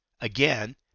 again